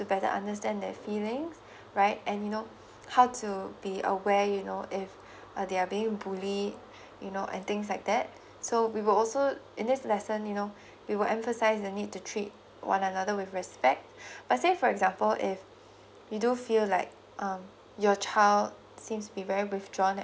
to better understand their feeling right and you know how to be aware you know if uh they are being bullied you know and things like that so we will also in this lesson you know we were emphasized the need to treat one another with respect let's say for example if we do feel like um your child seems to be very withdrawn